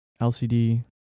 LCD